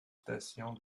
stations